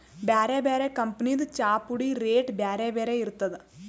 ಬ್ಯಾರೆ ಬ್ಯಾರೆ ಕಂಪನಿದ್ ಚಾಪುಡಿದ್ ರೇಟ್ ಬ್ಯಾರೆ ಬ್ಯಾರೆ ಇರ್ತದ್